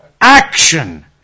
action